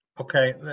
okay